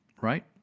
right